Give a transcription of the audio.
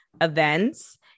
events